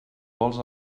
vols